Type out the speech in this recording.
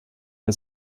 der